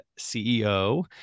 CEO